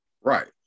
right